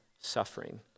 suffering